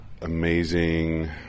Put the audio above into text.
amazing